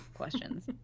questions